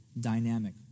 dynamic